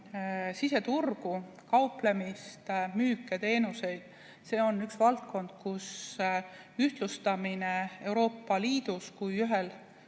siseturgu, kauplemist, müüke, teenuseid – see on üks valdkond, kus ühtlustamine Euroopa Liidus kui ühel